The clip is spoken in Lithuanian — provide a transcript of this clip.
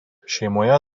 šeimoje